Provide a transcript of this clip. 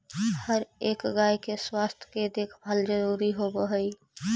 हर एक गाय के स्वास्थ्य के देखभाल जरूरी होब हई